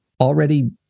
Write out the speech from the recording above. already